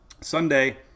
Sunday